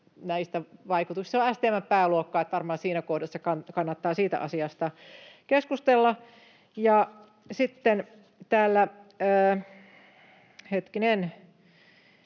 kannustinvaikutuksista. Se on STM:n pääluokkaa, niin että varmaan siinä kohdassa kannattaa siitä asiasta keskustella.